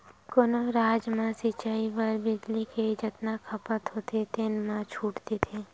कोनो राज म सिचई बर बिजली के जतना खपत होथे तेन म छूट देथे